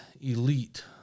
elite